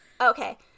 Okay